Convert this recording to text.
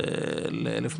ל-1,200.